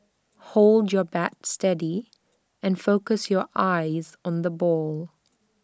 hold your bat steady and focus your eyes on the ball